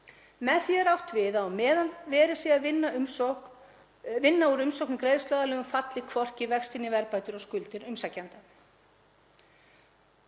Með því er átt við að á meðan verið sé að vinna úr umsókn um greiðsluaðlögun falli hvorki vextir né verðbætur á skuldir umsækjanda.